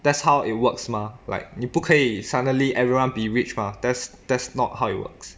that's how it works mah like 你不可以 suddenly everyone be rich mah that's that's not how it works